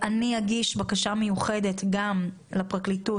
אני אגיש בקשה מיוחדת גם לפרקליטות